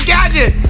Gadget